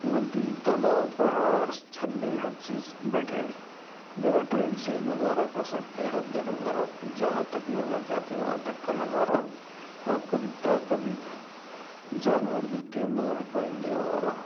ندی تالاب پہاڑ جھرنے ہر چیز بیٹھے جگہ ٹرین سے نظارہ کر سکتے حد نظر آپ جہاں تک نظر جاتی وہاں تک کا نظارہ آپ کو دکھتا کبھی جانور دکھتے مور پرندے اور